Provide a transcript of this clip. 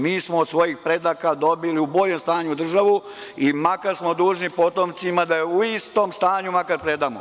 Mi smo od svojih predaka dobili u boljem stanju državu i makar smo dužni potomcima da je u istom stanju makar predamnom.